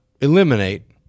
eliminate